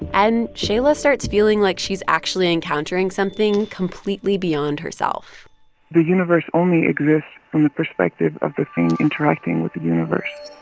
and shaila starts feeling like she's actually encountering something completely beyond herself the universe only exists from the perspective of the thing interacting with universe